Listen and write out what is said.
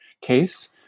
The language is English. case